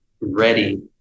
ready